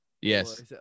Yes